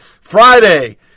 friday